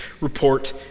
report